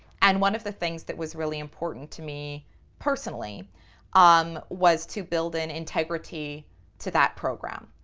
and one of the things that was really important to me personally um was to build an integrity to that program.